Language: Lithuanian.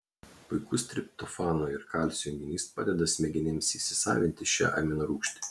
puikus triptofano ir kalcio junginys padeda smegenims įsisavinti šią aminorūgštį